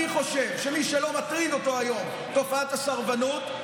אני חושב שמי שלא מטרידה אותו היום תופעת הסרבנות,